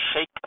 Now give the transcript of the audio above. shake